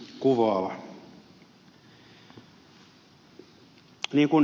ahde ja myös ed